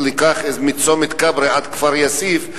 ניקח מצומת כברי עד כפר-יאסיף,